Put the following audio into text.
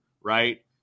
right